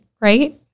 right